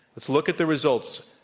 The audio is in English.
let's look at the results.